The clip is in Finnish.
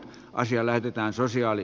asia lähetetään sosiaali